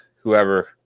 whoever